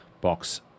box